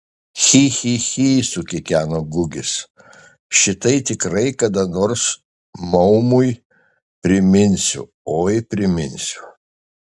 chi chi chi sukikeno gugis šitai tikrai kada nors maumui priminsiu oi priminsiu